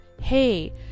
hey